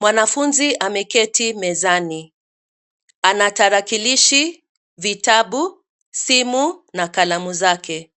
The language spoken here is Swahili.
Mwanafunzi ameketi mezani. Ana tarakilishi, vitabu, simu na kalamu zake.